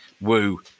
Woo